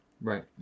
Right